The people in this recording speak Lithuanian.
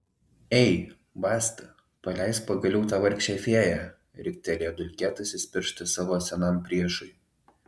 ei basta paleisk pagaliau tą vargšę fėją riktelėjo dulkėtasis pirštas savo senam priešui